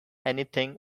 anything